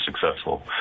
successful